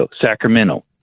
Sacramento